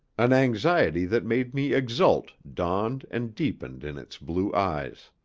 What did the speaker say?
an anxiety that made me exult dawned and deepened in its blue eyes.